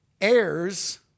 heirs